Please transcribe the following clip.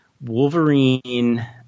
Wolverine